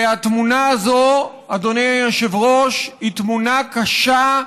והתמונה הזאת, אדוני היושב-ראש, היא תמונה קשה,